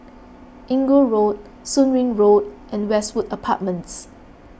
Inggu Road Soon Wing Road and Westwood Apartments